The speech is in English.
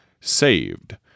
saved